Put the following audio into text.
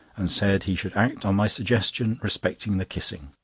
and said he should act on my suggestion respecting the kissing.